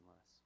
less